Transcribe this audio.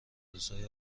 روزهای